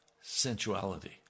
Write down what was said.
sensuality